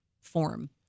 form